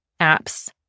apps